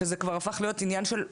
שזה כבר הפך להיות ענין של,